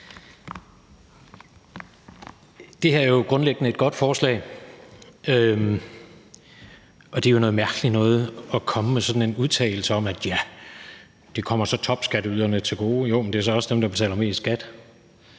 Det her er grundlæggende et godt forslag, men det er jo noget mærkeligt noget at komme med sådan en udtalelse om, at det så kommer topskatteyderne til gode. Men det er jo så også dem, der betaler mest i skat,